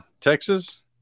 Texas